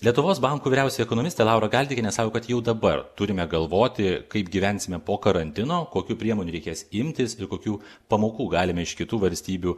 lietuvos banko vyriausioji ekonomistė laura galdikienė sako kad jau dabar turime galvoti kaip gyvensime po karantino kokių priemonių reikės imtis kokių pamokų galime iš kitų valstybių